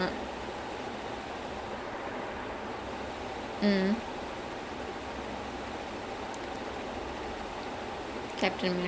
then you have iron man is a leader of Avengers then he's going toe to toe with someone who he was very close to captain america